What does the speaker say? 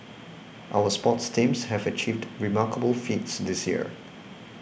our sports teams have achieved remarkable feats this year